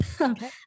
Okay